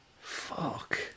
Fuck